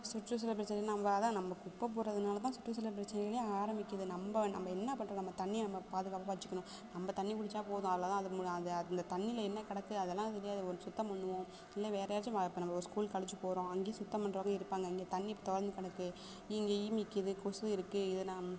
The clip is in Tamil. சுற்றுச்சூழுல் பிரச்சினைக்கு நம்ப அதான் நம்ப குப்பை போடுறதுனாலதான் சுற்றுச்சூழுல் பிரச்சினைகளே ஆரம்பிக்குது நம்ப நம்ப என்ன பண்ணுறோம் நம்ப தண்ணியை நம்ப பாதுகாப்பாக வச்சுக்கணும் நம்ப தண்ணி குடிச்சால் போதும் அவ்வளவுதான் அது மு அது அந்த தண்ணியில என்ன கிடக்கு அதெல்லாம் தெரியாது ஒரு சுத்தம் பண்ணுவோம் இல்லை வேறு எதாச்சும் வ இப்போ நம்ப ஒரு ஸ்கூல் காலேஜுக்கு போகறோம் அங்கேயும் சுத்தம் பண்ணுறவுங்க இருப்பாங்க இங்கே தண்ணி திறந்து கிடக்கு இங்கே ஈ மிக்குது கொசு இருக்கு இதெல்லாம்